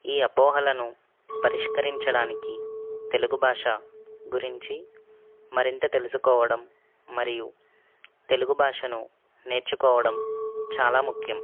ఈ అపోహలను పరిష్కరించడానికి తెలుగు భాష గురించి మరింత తెలుసుకోవడం మరియు తెలుగు భాషను నేర్చుకోవడం చాలా ముఖ్యం